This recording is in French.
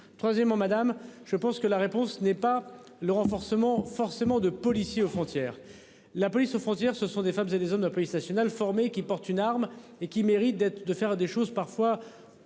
Troisièmement, madame, je pense que la réponse n'est pas le renforcement forcément de policiers aux frontières la police aux frontières, ce sont des femmes et des hommes de la police nationale formé qui porte une arme, et qui mérite d'être de faire des choses parfois